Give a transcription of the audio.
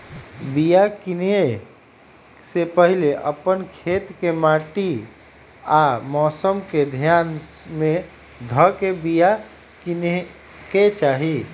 बिया किनेए से पहिले अप्पन खेत के माटि आ मौसम के ध्यान में ध के बिया किनेकेँ चाही